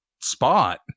spot